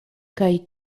kaj